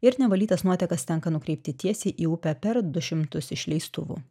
ir nevalytas nuotekas tenka nukreipti tiesiai į upę per du šimtus išleistuvų